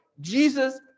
Jesus